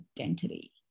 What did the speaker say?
identity